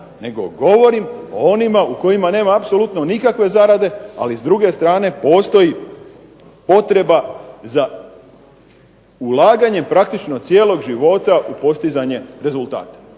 nego govorim o onima u kojima nema apsolutne nikakve zarade, ali s druge strane postoji potreba za ulaganjem praktično cijelog života u postizanje rezultata.